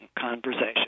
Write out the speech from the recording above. conversation